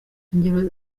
ingero